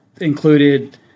included